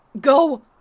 Go